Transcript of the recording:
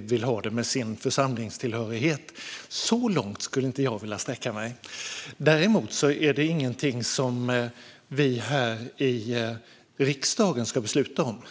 vill ha det med sin församlingstillhörighet. Så långt vill inte jag sträcka mig. Däremot är det ingenting som vi här i riksdagen ska besluta om.